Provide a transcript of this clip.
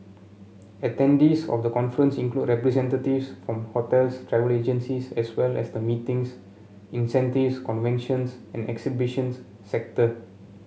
attendees of the conference include representatives from hotels travel agencies as well as the meetings incentives conventions and exhibitions sector